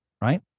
right